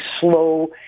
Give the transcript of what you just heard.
slow